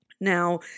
Now